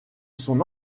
son